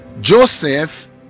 joseph